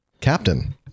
captain